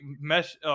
mesh